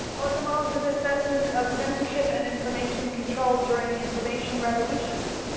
welcome all to this session of censorship and information control during information revolutions.